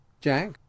Jack